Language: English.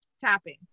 tapping